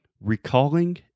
recalling